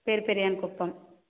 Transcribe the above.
Perperiyan Kuppam